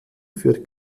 für